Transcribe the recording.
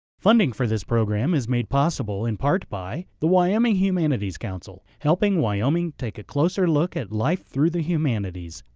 funding for this program is made possible in part by the wyoming humanities council. helping wyoming take a closer look at life through the humanities,